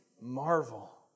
marvel